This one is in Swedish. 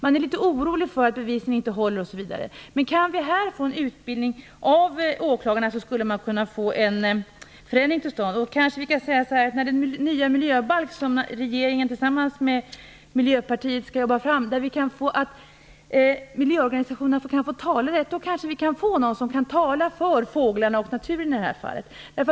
Man är litet orolig för att bevisen inte håller osv. Kan vi få en utbildning av åklagarna i dessa frågor, skulle vi kunna få en förändring till stånd. Om vi i den nya miljöbalk som regeringen tillsammans med Miljöpartiet skall arbeta fram får in att miljöorganisationerna kan få talerätt, då kanske vi kan få någon som kan tala för fåglarna och naturen.